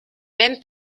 même